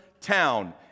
town